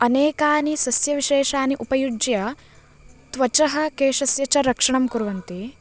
अनेकानि सस्यविशेषानि उपयुज्य त्वचः केशस्य च रक्षणं कुर्वन्ति